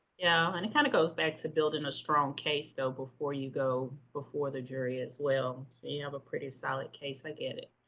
yeah and it kind of goes back to building a strong case, though, before you go before the jury as well so you have a pretty solid case. i get it.